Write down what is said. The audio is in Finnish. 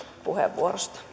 puheenvuorosta